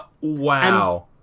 Wow